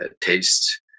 taste